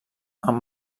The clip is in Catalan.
amb